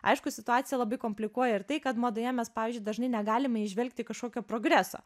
aišku situacija labai komplikuoja ir tai kad madoje mes pavyzdžiui dažnai negalime įžvelgti kažkokio progreso